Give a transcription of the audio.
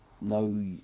no